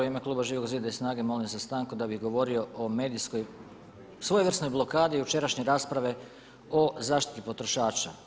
U ime kluba Živog zida i SNAGA-e molim za stanku da bi govorio o medijskoj svojevrsnoj blokadi jučerašnje rasprave o zaštiti potrošača.